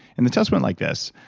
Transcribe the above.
and the test went like this,